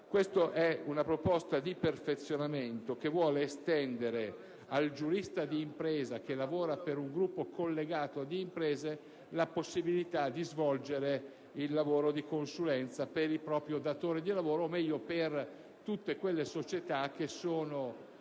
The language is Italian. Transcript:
2.251 è una proposta di perfezionamento che vuole estendere al giurista d'impresa che lavora per un gruppo collegato di imprese la possibilità di svolgere il lavoro di consulenza per il proprio datore di lavoro o, meglio, per tutte quelle società raccolte